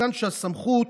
מכאן שהסמכות